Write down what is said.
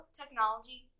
technology